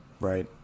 Right